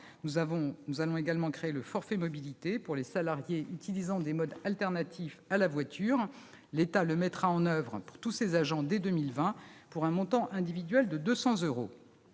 Nous avons également créé le « forfait mobilité » pour les salariés utilisant des modes alternatifs à la voiture. L'État le mettra en oeuvre pour tous ses agents dès 2020 pour un montant individuel de 200 euros.